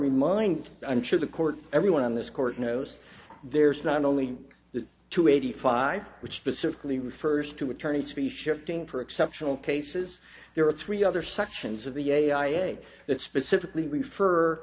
remind i'm sure the court everyone on this court knows there's not only the two eighty five which specifically refers to attorneys to be shifting for exceptional cases there are three other sections of the a i a that specifically refer